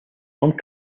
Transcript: lung